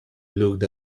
looked